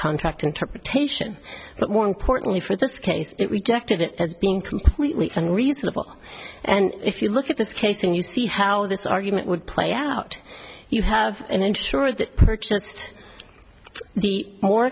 contract interpretation but more importantly for this case it rejected it as being completely unreasonable and if you look at this case and you see how this argument would play out you have ensured that purchased the more